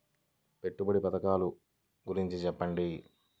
పెట్టుబడి పథకాల గురించి చెప్పండి?